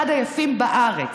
אחד היפים בארץ,